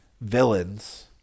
villains